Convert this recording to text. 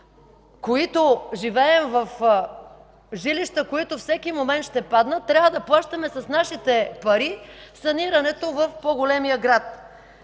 които живеем в жилища, които ще паднат всеки момент, трябва да плащаме с нашите пари санирането в по-големия град?”.